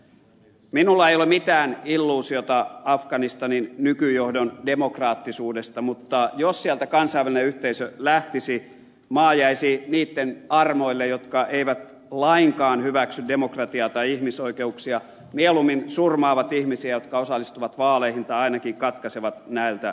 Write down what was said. minulla ei ole mitään illuusiota afganistanin nykyjohdon demokraattisuudesta mutta jos sieltä kansainvälinen yhteisö lähtisi maa jäisi niitten armoille jotka eivät lainkaan hyväksy demokratiaa tai ihmisoikeuksia mieluummin surmaavat ihmisiä jotka osallistuvat vaaleihin tai ainakin katkaisevat näiltä sormet